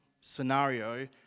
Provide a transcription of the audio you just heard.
scenario